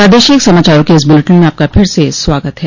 प्रादेशिक समाचारों के इस बुलेटिन में आपका फिर से स्वागत है